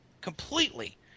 completely